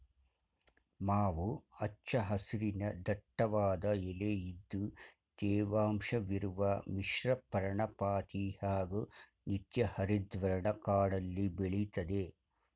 ಮಾವು ಹಚ್ಚ ಹಸಿರಿನ ದಟ್ಟವಾದ ಎಲೆಇದ್ದು ತೇವಾಂಶವಿರುವ ಮಿಶ್ರಪರ್ಣಪಾತಿ ಹಾಗೂ ನಿತ್ಯಹರಿದ್ವರ್ಣ ಕಾಡಲ್ಲಿ ಬೆಳೆತದೆ